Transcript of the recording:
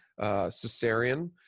cesarean